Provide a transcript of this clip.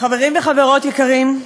חברים וחברות יקרים,